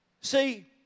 see